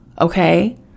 Okay